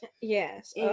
Yes